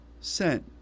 sent